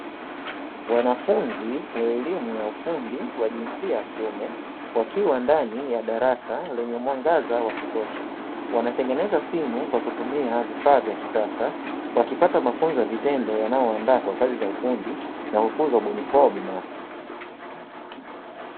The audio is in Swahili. Wanafunzi wa elimu ya ufundi wa jinsia ya kiume wakiwa ndani ya darasa lenye mwangaza wa kutosha wanatengeneza simu kwa kutumia vifaa vya kisasa, wakipata mafunzo ya vitendo yanayowaandaa kwa kazi za ufundi na kukuza ubunifu wao binafsi.